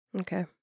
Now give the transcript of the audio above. Okay